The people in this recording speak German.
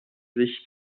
sich